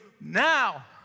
now